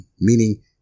meaning